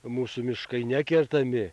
mūsų miškai nekertami